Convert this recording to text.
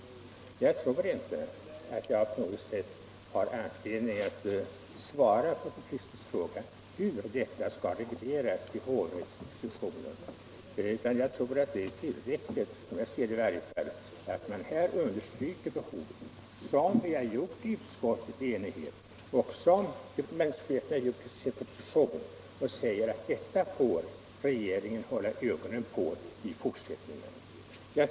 Jag tror inte att jag på något sätt har anledning att svara på fru Kristenssons fråga hur det skall regleras i hovrättsinstruktionen, utan jag tror att det är tillräckligt att man här understryker, som vi har gjort i utskottet i enighet och som regeringen har gjort i sin proposition, att detta får regeringen hålla ögonen på i fortsättningen.